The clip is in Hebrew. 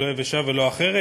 לא יבשה ולא אחרת.